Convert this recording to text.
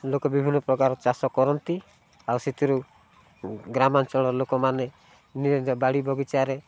ଲୋକ ବିଭିନ୍ନ ପ୍ରକାର ଚାଷ କରନ୍ତି ଆଉ ସେଥିରୁ ଗ୍ରାମାଞ୍ଚଳର ଲୋକମାନେ ନିଜ ନିଜ ବାଡ଼ି ବଗିଚାରେ